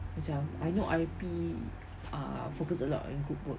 macam I know I_T_E ah focus a lot in group work